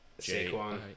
Saquon